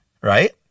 right